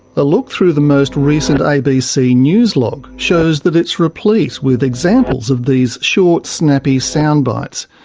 a look through the most recent abc news log shows that it's replete with examples of these short, snappy sound bites.